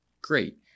great